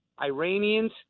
Iranians